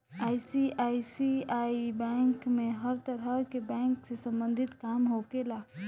ICICI bank में हर तरह के बैंक से सम्बंधित काम होखेला